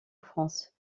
france